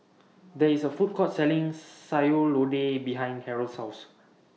There IS A Food Court Selling Sayur Lodeh behind Harrell's House